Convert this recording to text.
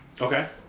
Okay